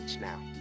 now